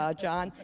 ah john.